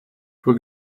for